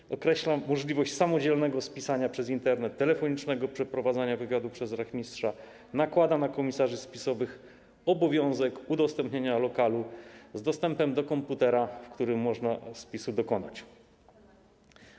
Ponadto określa możliwość samodzielnego spisania się przez Internet, telefonicznego przeprowadzenia wywiadu przez rachmistrza, nakłada na komisarzy spisowych obowiązek udostępnienia lokalu z dostępem do komputera, w którym można dokonać spisu.